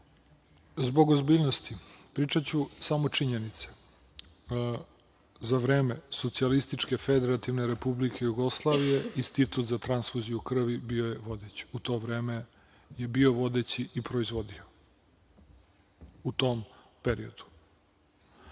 Zbog ozbiljnosti, pričaću samo činjenice.Za vreme Socijalističke Federativne Republike Jugoslavije Institut za transfuziju krvi bio je vodeći u to vreme i proizvodio u tom periodu.